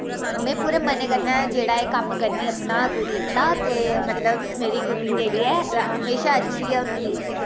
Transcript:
में पूरे मनै कन्नै जेह्ड़ा ऐ कम्म करनी अपना कुकिंग दा ते मतलब मेरी कुकिंग जेह्ड़ी ऐ म्हेशां अच्छी गै होंदी ते